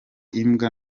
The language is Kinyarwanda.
imbwa